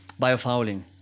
biofouling